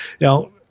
Now